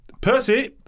Percy